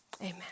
amen